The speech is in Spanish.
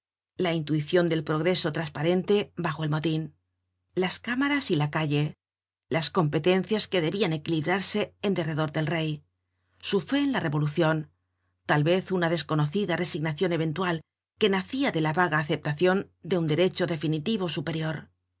la intuicion del progreso trasparente bajo el motin las cámaras y la calle las competencias que debian equilibrarse en derredor del rey su fe en la revolucion tal vez una desconocida resignacion eventual que nacia de la vaga aceptacion de un derecho definitivo superior su